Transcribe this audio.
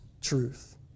truth